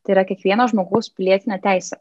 tai yra kiekvieno žmogaus pilietinė teisė